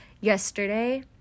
yesterday